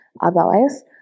Otherwise